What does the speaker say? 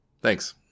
Thanks